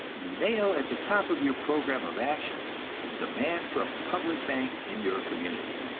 nail at the top of your program of action the demand for a public bank in your community,